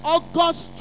August